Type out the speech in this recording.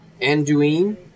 Anduin